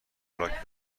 لاک